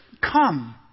come